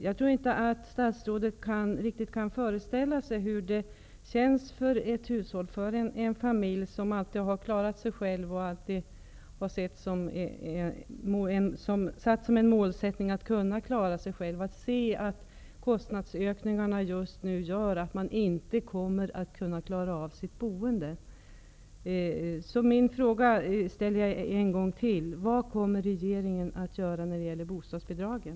Jag tror inte att statsrådet riktigt kan föreställa sig hur det känns för ett hushåll, för en familj, som alltid har klarat sig själv och haft som målsättning att klara sig själv, att se att kostnadsökningarna just nu gör att man inte kommer att kunna klara av sitt boende. Min fråga är: Vad kommer regeringen att göra när det gäller bostadsbidragen?